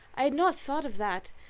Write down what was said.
i had not thought of that.